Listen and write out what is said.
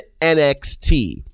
NXT